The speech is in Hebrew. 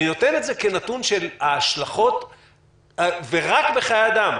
אני נותן את זה כנתון של ההשלכות ורק בחיי אדם.